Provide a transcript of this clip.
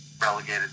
relegated